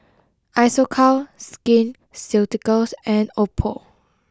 Isocal Skin Ceuticals and Oppo